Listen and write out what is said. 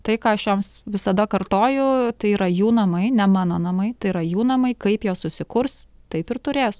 tai ką aš joms visada kartoju tai yra jų namai ne mano namai tai yra jų namai kaip jos susikurs taip ir turės